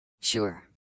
Sure